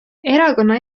erakonna